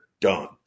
done